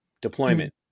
deployment